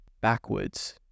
backwards